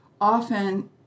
often